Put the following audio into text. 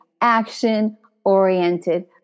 action-oriented